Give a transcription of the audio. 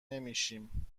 نمیشیم